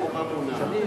כבודה במקומה מונח,